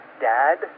dad